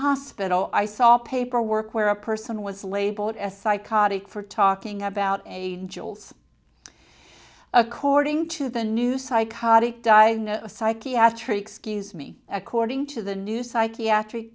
hospital i saw paperwork where a person was labeled as psychotic for talking about angels according to the new psychotic di a psychiatric scuse me according to the new psychiatric